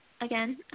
again